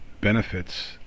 benefits